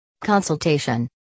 Consultation